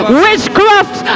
witchcraft